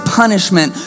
punishment